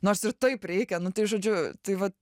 nors ir taip reikia nu tai žodžiu tai va